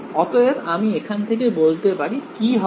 অতএব আমি এখান থেকে বলতে পারি কি হবে